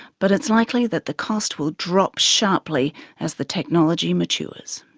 but it's likely that the cost will drop sharply as the technology matures.